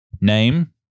name